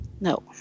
No